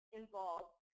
involved